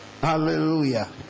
Hallelujah